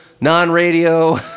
non-radio